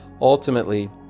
Ultimately